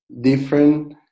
different